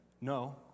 no